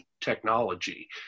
technology